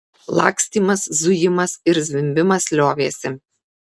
lakstymas zujimas ir zvimbimas liovėsi